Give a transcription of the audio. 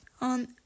on